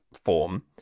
form